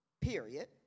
period